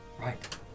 Right